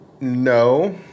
no